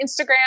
Instagram